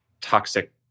toxic